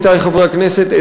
עמיתי חברי הכנסת,